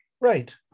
Right